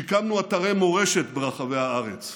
שיקמנו אתרי מורשת ברחבי הארץ.